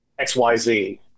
XYZ